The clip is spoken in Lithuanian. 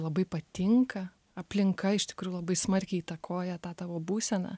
labai patinka aplinka iš tikrųjų labai smarkiai įtakoja tą tavo būseną